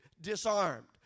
disarmed